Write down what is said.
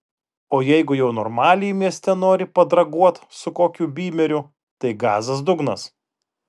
o jeigu jau normaliai mieste nori padraguot su kokiu bymeriu tai gazas dugnas